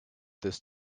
this